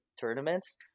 tournaments